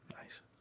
Nice